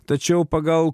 tačiau pagal